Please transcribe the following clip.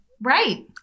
right